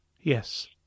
Yes